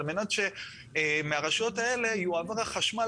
על מנת שמהרשויות האלה יועבר החשמל